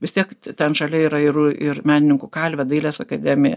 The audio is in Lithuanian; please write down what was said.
vis tiek ten šalia yra ir ir menininkų kalvė dailės akademija